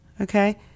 okay